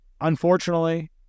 Unfortunately